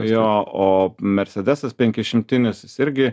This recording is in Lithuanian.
jo o mersedesas penkišimtinis jis irgi